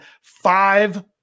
five